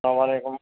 السلام علیکم